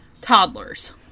toddlers